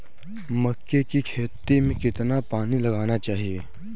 मक्के की खेती में कितना पानी लगाना चाहिए?